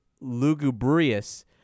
Lugubrious